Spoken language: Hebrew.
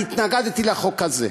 אני התנגדתי לחוק הזה,